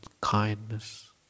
kindness